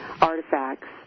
artifacts